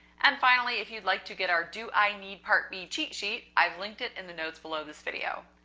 and finally, if you'd like to get our do i need part b cheat sheet, i've linked it in the notes below this video.